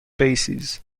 basis